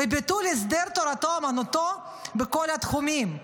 וביטול הסדר תורתו אומנותו בכל התחומים.